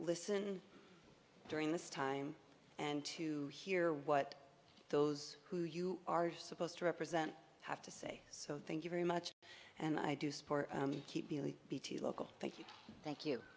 listen during this time and to hear what those who you are supposed to represent have say so thank you very much and i do support you keep the bt local thank you thank you